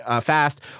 fast